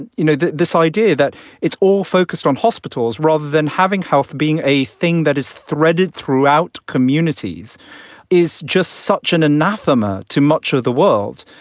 and you know, this idea that it's all focused on hospitals rather than having health being a thing that is threaded throughout communities is just such an anathema to much of the world.